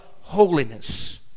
holiness